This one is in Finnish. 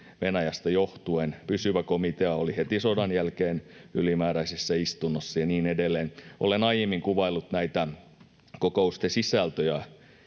Venäjästä johtuen. Pysyvä komitea oli heti sodan jälkeen ylimääräisessä istunnossa ja niin edelleen. Olen aiemmin kuvaillut hieman näitä kokousten sisältöjä,